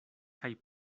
kaj